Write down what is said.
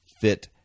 fit